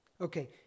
Okay